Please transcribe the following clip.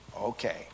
Okay